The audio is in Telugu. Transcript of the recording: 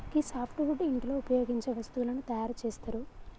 గీ సాప్ట్ వుడ్ ఇంటిలో ఉపయోగించే వస్తువులను తయారు చేస్తరు